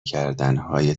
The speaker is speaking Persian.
کردنهای